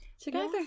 together